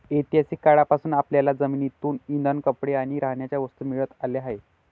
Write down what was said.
ऐतिहासिक काळापासून आपल्याला जमिनीतून इंधन, कपडे आणि राहण्याच्या वस्तू मिळत आल्या आहेत